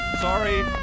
Sorry